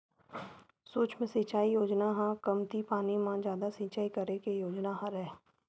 सुक्ष्म सिचई योजना ह कमती पानी म जादा सिचई करे के योजना हरय